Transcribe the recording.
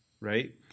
Right